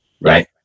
right